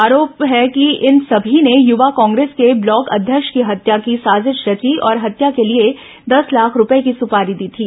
आरोप है कि इन समी ने युवा कांग्रेस के ब्लॉक अध्यक्ष की हत्या की साजिश रची और हत्या के लिए दस लाख रूपये की सुपारी दी थी